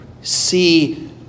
see